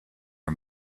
are